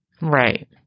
Right